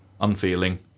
unfeeling